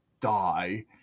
die